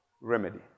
remedy